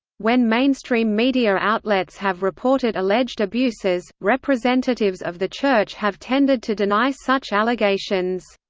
when mainstream media outlets have reported alleged abuses, representatives of the church have tended to deny such allegations.